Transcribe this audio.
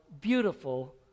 beautiful